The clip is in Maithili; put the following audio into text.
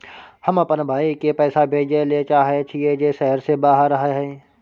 हम अपन भाई के पैसा भेजय ले चाहय छियै जे शहर से बाहर रहय हय